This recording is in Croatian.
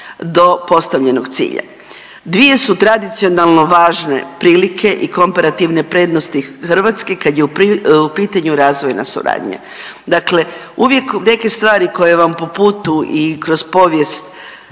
do postavljenog cilja. Dvije su tradicionalno važne prilike i komparativne prednosti Hrvatske kad je u pitanju razvojna suradnja. Dakle, uvijek neke stvari koje vam po putu i kroz povijest